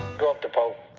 go up the pole.